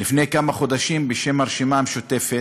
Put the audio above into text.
לפני כמה חודשים בשם הרשימה המשותפת,